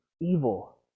evil